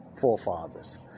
forefathers